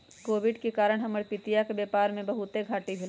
Covid के कारण हमर पितिया के व्यापार में बहुते घाट्टी भेलइ